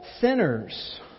sinners